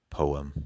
poem